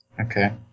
Okay